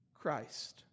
Christ